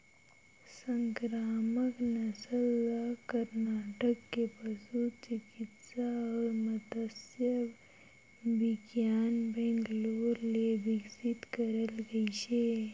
संकरामक नसल ल करनाटक के पसु चिकित्सा अउ मत्स्य बिग्यान बैंगलोर ले बिकसित करल गइसे